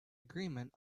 agreement